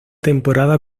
temporada